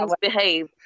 behave